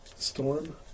Storm